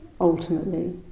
ultimately